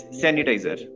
sanitizer